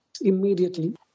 immediately